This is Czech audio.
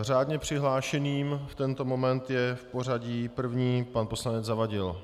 Řádně přihlášeným v tento moment je v pořadí první pan poslanec Zavadil.